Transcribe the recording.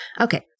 Okay